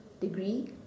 degree